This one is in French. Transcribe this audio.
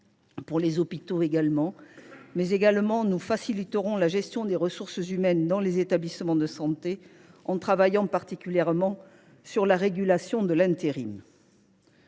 pour les hôpitaux, mais nous faciliterons également la gestion des ressources humaines dans les établissements de santé en travaillant particulièrement sur la régulation de l’intérim.